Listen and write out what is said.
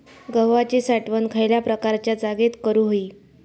गव्हाची साठवण खयल्या प्रकारच्या जागेत करू होई?